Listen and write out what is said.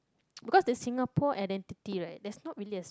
because the Singapore identity right there's not really a